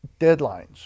deadlines